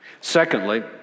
Secondly